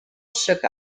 shook